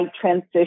transition